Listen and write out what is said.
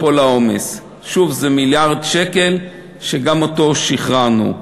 שוב, זה מיליארד שקל, שגם אותו שחררנו.